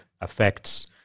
affects